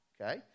Okay